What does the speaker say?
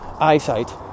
eyesight